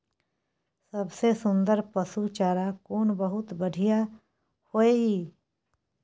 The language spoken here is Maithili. सबसे सुन्दर पसु चारा कोन बहुत बढियां होय इ?